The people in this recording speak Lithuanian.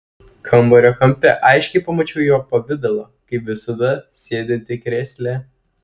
kambario kampe aiškiai pamačiau jo pavidalą kaip visada sėdintį krėsle